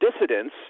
dissidents